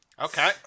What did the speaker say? Okay